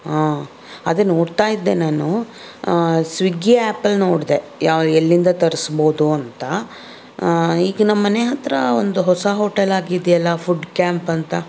ಹಾ ಅದೇ ನೋಡ್ತಾ ಇದ್ದೆ ನಾನು ಸ್ವಿಗ್ಗಿ ಆ್ಯಪಲ್ಲಿ ನೋಡಿದೆ ಯಾವ ಎಲ್ಲಿಂದ ತರ್ಸಬಹ್ದು ಅಂತ ಈಗ ನಮ್ಮ ಮನೆ ಹತ್ತಿರ ಒಂದು ಹೊಸ ಹೋಟೆಲ್ ಆಗಿದೆಯಲ್ಲ ಫುಡ್ ಕ್ಯಾಂಪ್ ಅಂತ